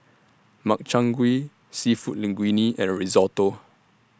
Makchang Gui Seafood Linguine and Risotto